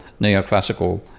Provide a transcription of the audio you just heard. neoclassical